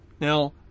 Now